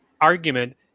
argument